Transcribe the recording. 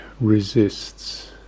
resists